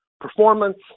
performance